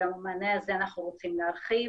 גם את המענה הזה אנחנו רוצים להרחיב,